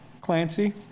Clancy